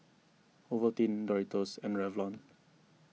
Ovaltine Doritos and Revlon